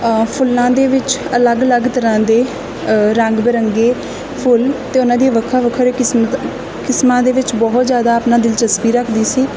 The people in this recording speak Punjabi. ਫੁੱਲਾਂ ਦੇ ਵਿੱਚ ਅਲੱਗ ਅਲੱਗ ਤਰ੍ਹਾਂ ਦੇ ਰੰਗ ਬਰੰਗੇ ਫੁੱਲ ਅਤੇ ਉਹਨਾਂ ਦੀਆਂ ਵੱਖੋ ਵੱਖਰੇ ਕਿਸਮਤ ਕਿਸਮਾਂ ਦੇ ਵਿੱਚ ਬਹੁਤ ਜ਼ਿਆਦਾ ਆਪਣਾ ਦਿਲਚਸਪੀ ਰੱਖਦੀ ਸੀ